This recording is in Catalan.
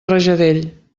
rajadell